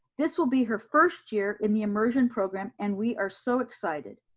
this will be her first year in the immersion program and we are so excited.